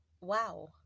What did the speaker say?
wow